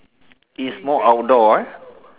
is more outdoor eh